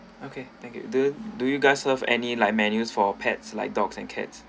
okay thank you do do you guys serve any like menus for pets like dogs and cats